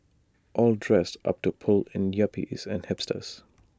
all dressed up to pull in yuppies and hipsters